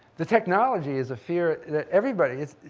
the technology is a fear that everybody is,